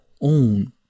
own